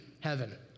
heaven